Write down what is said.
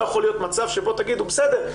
לא יכול להיות מצב שבו תגידו: בסדר,